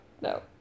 No